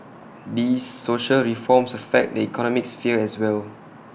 these social reforms affect the economic sphere as well